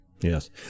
Yes